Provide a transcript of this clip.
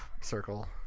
circle